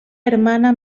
hermana